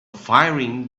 firing